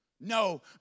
No